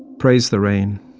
praise the rain,